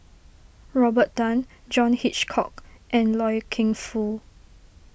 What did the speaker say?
Robert Tan John Hitchcock and Loy Keng Foo